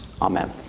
Amen